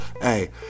hey